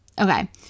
Okay